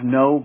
no